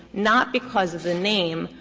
not because of the name,